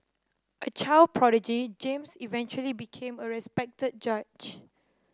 a child prodigy James eventually became a respected judge